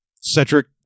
Cedric